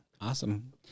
Awesome